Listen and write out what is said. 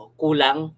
kulang